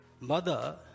mother